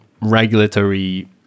regulatory